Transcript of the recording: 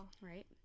Right